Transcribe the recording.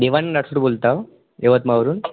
देवान् नठडू बोलताव यवतमाळवरून